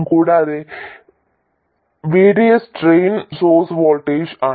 കൂടാതെ VDS drain source voltage ആണ്